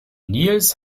nils